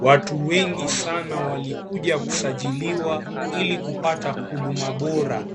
Watu wengi sana walikuja kusahiliwa ili kupata huduma bora,